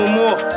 more